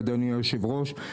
אדוני היושב ראש,